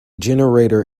generator